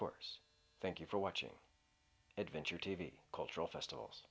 course thank you for watching adventure t v cultural festivals